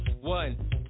One